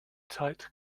tight